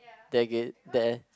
tag it there